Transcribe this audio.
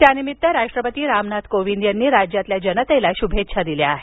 त्यानिमित्त राष्ट्रपती रामनाथ कोविंद यांनी राज्यातील जनतेला शुभेच्छा दिल्या आहेत